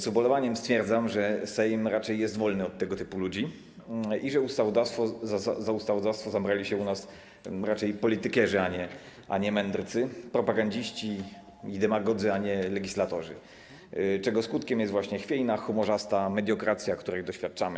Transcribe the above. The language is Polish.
Z ubolewaniem więc stwierdzam, że Sejm raczej jest wolny od tego typu ludzi i że za ustawodawstwo zabrali się u nas raczej politykierzy, a nie mędrcy, propagandziści, demagodzy, a nie legislatorzy, czego skutkiem jest właśnie chwiejna, humorzasta mediokracja, której doświadczamy.